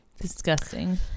Disgusting